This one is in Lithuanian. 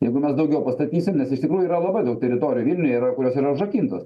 jeigu mes daugiau pastatysim nes iš tikrųjų yra labai daug teritorijų vilniuje yra kurios yra užrakintos